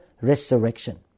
resurrection